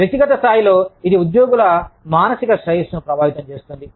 వ్యక్తిగత స్థాయిలో ఇది ఉద్యోగుల మానసిక శ్రేయస్సును ప్రభావితం చేస్తుంది